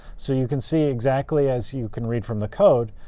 so you can see, exactly as you can read from the code,